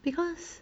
because